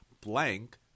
blank